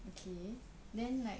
okay then like